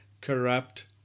corrupt